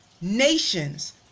nations